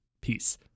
Peace